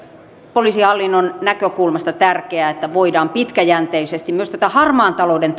poliisihallinnon näkökulmasta tärkeää että voidaan pitkäjänteisesti myös tätä harmaan talouden